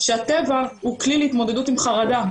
שהטבע הוא כלי להתמודדות עם חרדה.